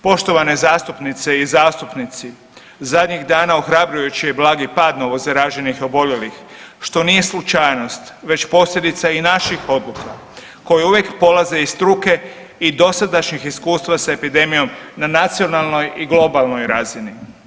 Poštovane zastupnice i zastupnici, zadnjih dana ohrabrujući je blagi pad novozaraženih i oboljelih što nije slučajnost već posljedica i naših odluka koje uvijek polaze iz struke i dosadašnjih iskustva s epidemijom na nacionalnoj i globalnoj razini.